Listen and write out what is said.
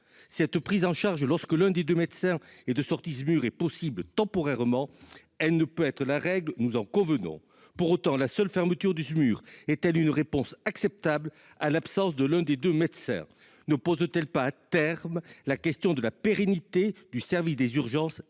Cette prise en charge, lorsque l'un des médecins est en intervention dans le cadre du Smur, est en effet possible temporairement, mais elle ne peut devenir la règle- nous en convenons. Pour autant, la seule fermeture du Smur est-elle une réponse acceptable à l'absence de l'un des deux médecins ? Ne pose-t-elle pas à terme la question de la pérennité du service des urgences